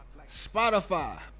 Spotify